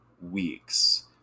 weeks